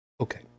Okay